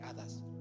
others